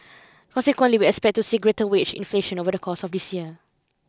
consequently we expect to see greater wage inflation over the course of this year